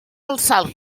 alçar